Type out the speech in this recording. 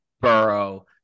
burrow